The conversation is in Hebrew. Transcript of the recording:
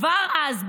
כבר אז,